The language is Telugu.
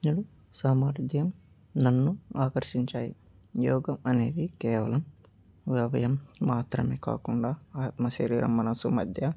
సామర్థ్యం నన్ను ఆకర్షించాయి యోగా అనేది కేవలం వ్యయం మాత్రమే కాకుండా ఆత్మశరీర మనసు మధ్య